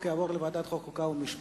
הצעת החוק תועבר לוועדת החוקה, חוק ומשפט.